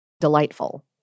delightful